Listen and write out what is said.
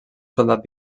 soldat